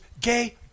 gay